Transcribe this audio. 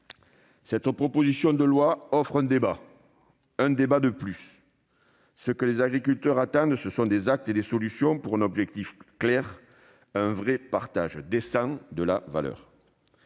Cette proposition de loi offre un débat- un débat de plus ... Ce que les agriculteurs attendent, ce sont des actes et des solutions afin d'atteindre un objectif clair : un véritable partage, décent, de la valeur.